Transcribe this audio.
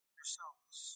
yourselves